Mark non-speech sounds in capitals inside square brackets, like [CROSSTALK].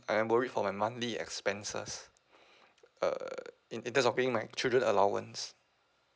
I am worried for my monthly expenses [BREATH] uh in in terms of paying my children allowance